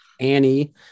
Annie